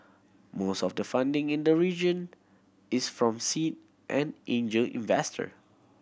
most of the funding in the region is from seed and angel investor